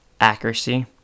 accuracy